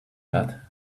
that